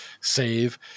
save